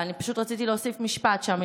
אני פשוט רציתי להוסיף משפט שם,